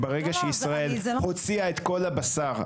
ברגע שישראל הוציאה את כל הבשר,